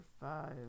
five